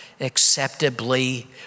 acceptably